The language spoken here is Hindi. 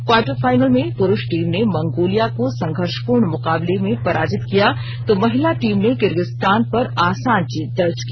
क्वार्टर फाइनल में पुरुष टीम ने मंगोलिया को संघर्षपूर्ण मुकाबले में पराजित किया तो महिला टीम ने किर्गिस्तान पर आसान जीत दर्ज की